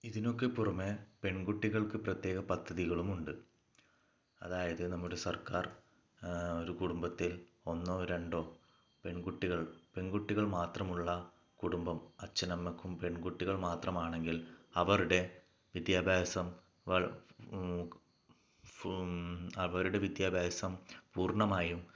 ഇതിനൊക്കെ പുറമെ പെൺകുട്ടികൾക്ക് പ്രത്യേക പദ്ധതികളുമുണ്ട് അതായത് നമ്മുടെ സർക്കാർ ഒരു കുടുംബത്തിൽ ഒന്നോ രണ്ടോ പെൺകുട്ടികൾ പെൺകുട്ടികൾ മാത്രമുള്ള കുടുംബം അച്ഛനും അമ്മയ്ക്കും പെൺകുട്ടികൾ മാത്രമാണെങ്കിൽ അവരുടെ വിദ്യാഭ്യാസം അവരുടെ വിദ്യാഭ്യാസം പൂർണ്ണമായും